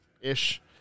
ish